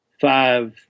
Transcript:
five